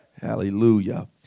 Hallelujah